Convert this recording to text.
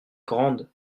grande